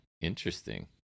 interesting